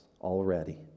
already